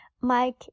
Mike